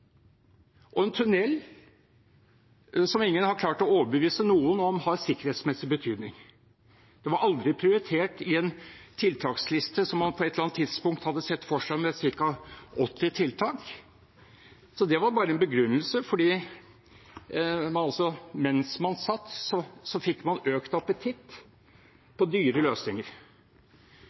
og en tunnel som ingen har klart å overbevise noen om at har sikkerhetsmessig betydning. Det var aldri prioritert i en tiltaksliste man på et eller annet tidspunkt hadde sett for seg, med ca. 80 tiltak. Det var bare en begrunnelse fordi man altså, mens man satt, fikk økt appetitt på dyre løsninger.